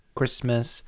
Christmas